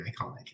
iconic